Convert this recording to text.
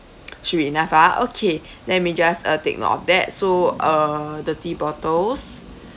should be enough ah okay let me just uh take note of that so uh thirty bottles